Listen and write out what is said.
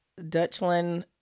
Dutchland